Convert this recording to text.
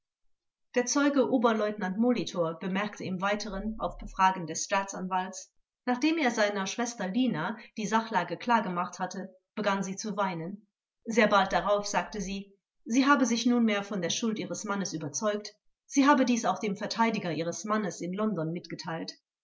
der zeuge oberleutnant molitor bemerkte im weiteren auf befragen des staatsanwalts nachdem er seiner ner schwester lina die sachlage klargemacht hatte begann sie zu weinen sehr bald darauf sagte sie sie habe sich nunmehr von der schuld ihres mannes überzeugt sie habe dies auch dem verteidiger ihres mannes in london mitgeteilt